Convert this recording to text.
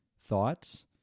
thoughts